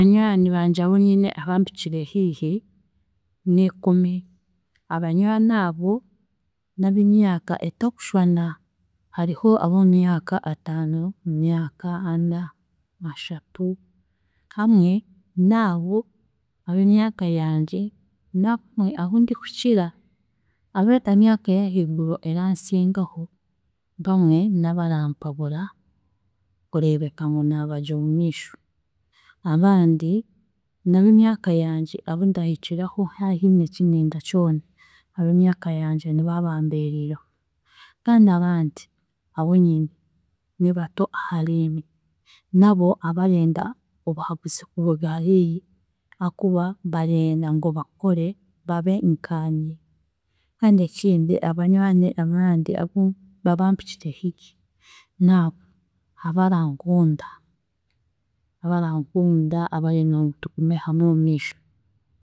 Banywani bangye abunyine abampikire hiihi ni ikumi. Abanywani abo n'ab'emyaka etakushwana, hariho ab'emyaka ataano, emyaka ana, ashatu hamwe n'abo ab'emyaka yangye hamwe abundikukira, ab'emyaka ey'ahiiguru eransingaho, bamwe n'abarampabura kureebeka ngu naabagye omumiisho, abandi n'ab'emyaka yangye abu ndahikiraho haahine eki ndenda kyona, eb'emyaka yangye niba bambeeriireho. Kandi abandi abunyine nibato ahariinye nabo abarenda obuhabuzi kuruga ahariinye hakuba barenda ngu bakore babe nkaanye. Kandi ekindi abanywani abandi abu- abampikire hiihi n'abo abarakunda, abarakunda abarenda ngu tugume hamwe omumiisho.